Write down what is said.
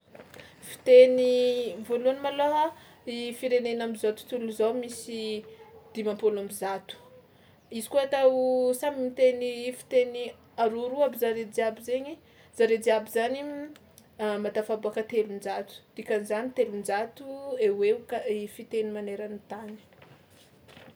Fiteny voalohany malôha i firenena am'zao tontolo zao misy dimampolo amby zato, izy koa atao samy miteny fiteny roa roa aby zare jiaby zaigny zare jiaby zany mahatafaboaka telonjatow dikan'zany telonjato eo ho eo ka- i fiteny maneran'ny tany.